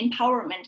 empowerment